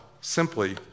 simply